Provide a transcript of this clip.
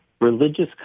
religious